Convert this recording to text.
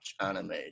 anime